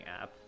app